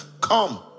come